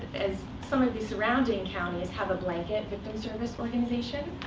as some of the surrounding counties have a blanket victim service organization,